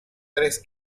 tres